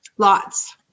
Lots